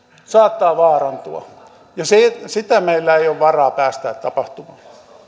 saattaa vaarantua ja sitä meillä ei ole varaa päästää tapahtumaan